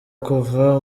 kuva